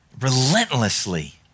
relentlessly